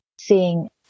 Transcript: seeing